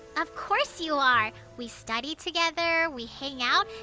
of course you are. we study together, we hang out.